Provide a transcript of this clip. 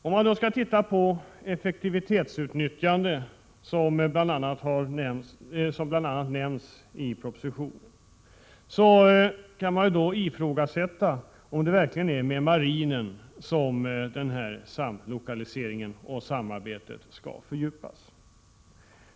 Om man skall titta på effektivitetsutnyttjandet, som bl.a. nämns i propositionen, kan man ifrågasätta om det verkligen är med marinen som denna samlokalisering och detta samarbete skall fördjupas.